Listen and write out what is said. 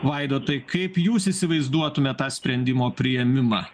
vaidotai kaip jūs įsivaizduotumėt tą sprendimo priėmimą